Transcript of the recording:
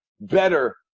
better